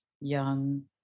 young